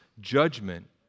judgment